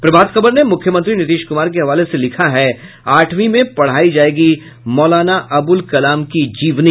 प्रभात खबर ने मुख्यमंत्री नीतीश कुमार के हवाले से लिखा है आठवीं में पढ़ाई जायेगी मौलाना अबुल कलाम की जीवनी